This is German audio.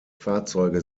fahrzeuge